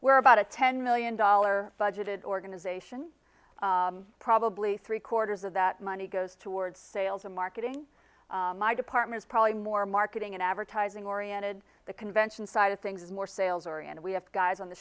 we're about a ten million dollar budgeted organization probably three quarters of that money goes towards sales and marketing departments probably more marketing and advertising oriented the convention side of things more sales are and we have guys on the